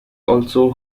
also